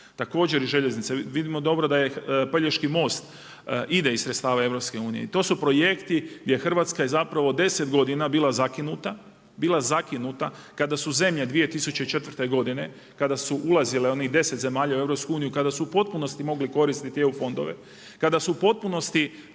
također i željeznice, vidimo dobro da je Pelješki most ide iz sredstava EU. I to su projekti gdje Hrvatska je zapravo 10 godina bila zakinuta, bila zakinuta kada su zemlje 2004. godine kada su ulazile, onih 10 zemalja u EU, kada su u potpunosti mogli koristiti EU fondove, kada su u potpunosti